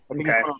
Okay